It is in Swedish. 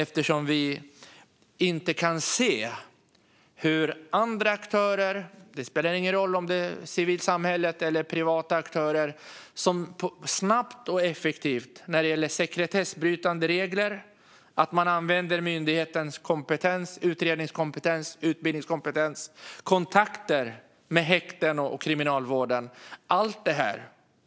Vi kan inte se hur andra aktörer, civilsamhällesaktörer eller privata aktörer, snabbt och effektivt kan använda myndighetskompetens vad gäller sekretess, utredning, utbildning och kontakter med häkten och kriminalvården.